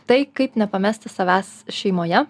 tai kaip nepamesti savęs šeimoje